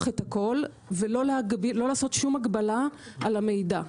את הכול ולא לעשות שום הגבלה על המידע.